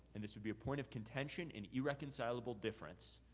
and this would be a point of contention and irreconcilable difference,